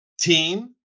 team